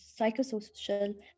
psychosocial